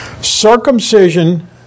Circumcision